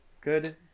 Good